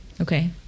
Okay